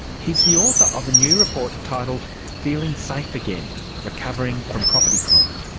he's the author of a new report titled feeling safe again recovering from property crime.